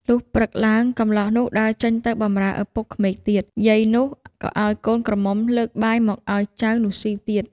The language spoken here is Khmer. លុះព្រឹកឡើង កម្លោះនោះដើរចេញទៅបំរើឪពុកក្មេកទៀត យាយនោះក៏ឱ្យកូនក្រមុំលើកបាយមកឱ្យចៅនោះស៊ីទៀត